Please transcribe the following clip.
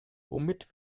womit